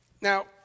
Now